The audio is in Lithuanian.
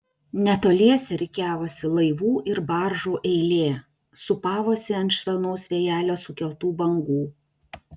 netoliese rikiavosi laivų ir baržų eilė sūpavosi ant švelnaus vėjelio sukeltų bangų